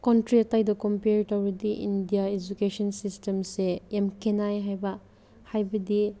contract ꯍꯥꯏꯗꯣ compare ꯇꯧꯔꯗꯤ India education ꯁꯤꯁꯇꯦꯝꯁꯦ ꯌꯥꯝ ꯈꯦꯠꯅꯩ ꯍꯥꯏꯕ ꯍꯥꯏꯕꯗꯤ